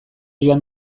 joan